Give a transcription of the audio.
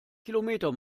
kilometer